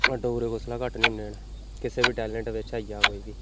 डोगरे कुसै कोला घट्ट नि होन्ने न किसे बी टैलेंट बिच्च आई जा कोई बी